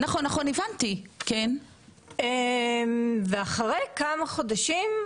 אחרי ארבעה חודשים,